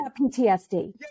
PTSD